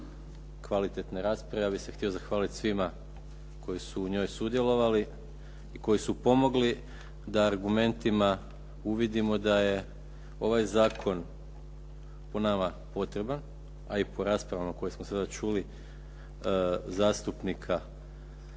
kvalitetne rasprave ja bih se htio zahvaliti svima koji su u njoj sudjelovali i koji su pomogli da argumentima uvidimo da je ovaj zakon po nama potreban, a i po raspravama koje smo sada čuli zastupnika